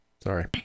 Sorry